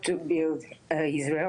בבקשה.